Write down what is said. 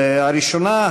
הראשונה,